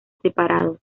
separados